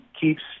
keeps